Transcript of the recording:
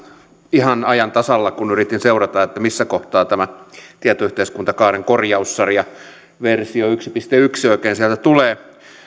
ihan ajan tasalla kun yritin seurata että missä kohtaa tämä tietoyhteiskuntakaaren korjaussarja versio yksi piste yksi oikein sieltä tulee